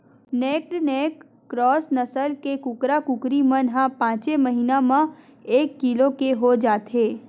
naked neck cross नसल के कुकरा, कुकरी मन ह पाँचे महिना म एक किलो के हो जाथे